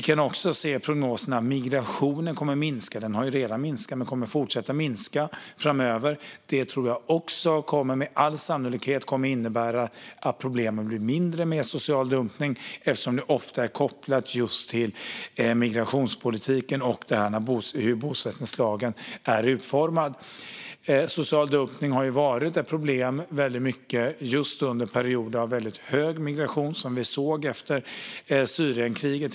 Vi kan också se i prognoserna att migrationen kommer att minska. Den har redan minskat och kommer att fortsätta minska framöver. Det innebär med all sannolikhet att problemen med social dumpning blir mindre, eftersom de ofta är kopplade till just migrationspolitiken och hur bosättningslagen är utformad. Social dumpning har ju varit ett stort problem under perioder med väldigt hög migration, till exempel inte minst efter Syrienkriget.